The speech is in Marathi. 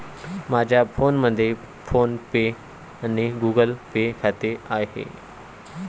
माझ्या फोनमध्ये फोन पे आणि गुगल पे खाते आहे